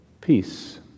peace